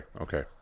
Okay